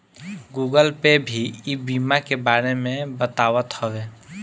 Google pay भी ई बीमा के बारे में बतावत हवे